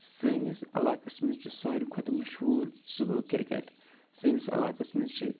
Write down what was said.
سٲنِس علاقَس منٛز چھُ ساروی کھۄتہٕ مشہوٗر سُہ گوٚو کِرکَٹ سٲنِس علاقَس منٛز چھِ